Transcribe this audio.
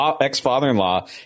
ex-father-in-law